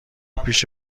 پیش